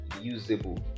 usable